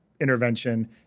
intervention